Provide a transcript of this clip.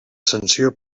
sanció